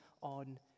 on